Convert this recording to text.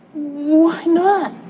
why not?